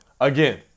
Again